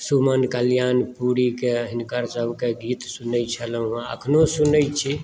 सुमन कल्याणपुरीकेँ हिनकर सबकेँ गीत सुनै छलहुँ एखनो सुनै छी